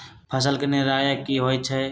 फसल के निराया की होइ छई?